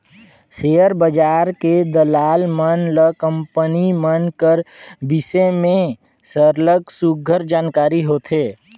share बजार के दलाल मन ल कंपनी मन कर बिसे में सरलग सुग्घर जानकारी होथे